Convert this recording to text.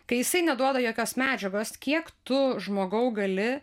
kai jisai neduoda jokios medžiagos kiek tu žmogau gali